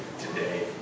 today